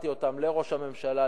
והצעתי אותן לראש הממשלה,